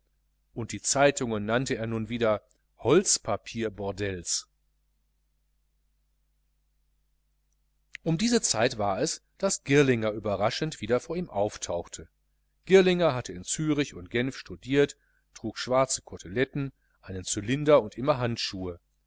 und die zeitungen nannte er nun wieder holzpapierbordells um diese zeit war es daß girlinger wieder vor ihm auftauchte girlinger hatte in zürich und genf studiert trug schwarze coteletten einen cylinder und immer handschuhe